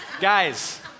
Guys